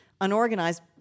unorganized